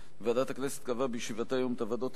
ועדת הכנסת קבעה בישיבתה היום את הוועדות